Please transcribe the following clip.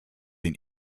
den